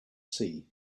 see